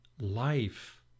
life